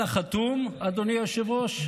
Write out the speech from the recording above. על החתום, אדוני היושב-ראש,